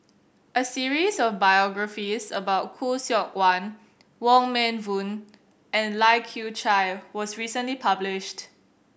a series of biographies about Khoo Seok Wan Wong Meng Voon and Lai Kew Chai was recently published